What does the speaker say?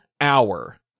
hour